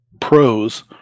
pros